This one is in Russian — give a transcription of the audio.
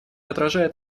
отражает